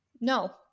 No